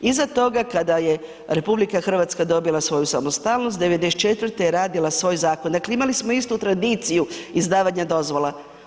Iza toga kada je RH dobila svoju samostalnost '94. je radila svoj zakon, dakle imali smo istu tradiciju izdavanja dozvola.